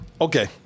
Okay